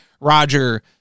Roger